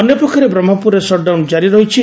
ଅନ୍ୟପକ୍ଷରେ ବ୍ରହ୍କପୁରରେ ସଟ୍ଡାଉନ୍ କାରି ରହିଛି